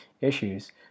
issues